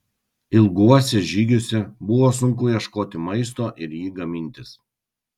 ilguose žygiuose buvo sunku ieškoti maisto ir jį gamintis